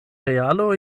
realo